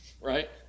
right